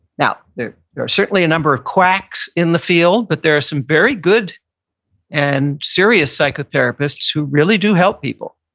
now there are certainly a number of cracks in the field, but there are some very good and serious psychotherapists who really do help people.